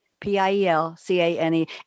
P-I-E-L-C-A-N-E